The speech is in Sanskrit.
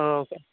हा